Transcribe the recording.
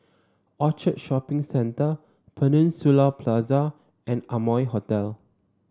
Orchard Shopping Centre Peninsula Plaza and Amoy Hotel